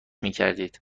میکردید